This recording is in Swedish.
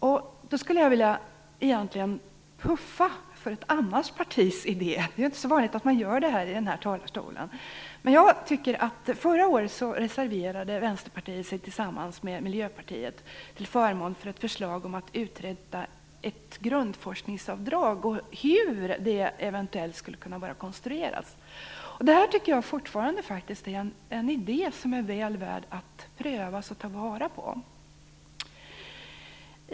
Jag skulle egentligen vilja puffa för ett annat partis idé. Det är ju inte så vanligt att man gör det från talarstolen. Förra året reserverade Vänsterpartiet sig tillsammans med Miljöpartiet till förmån för ett förslag om inrättande av ett grundforskningsavdrag och om hur det eventuellt skulle kunna vara konstruerat. Det tycker jag fortfarande är en idé som är väl värd att prövas och som man borde ta vara på.